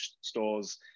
stores